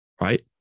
right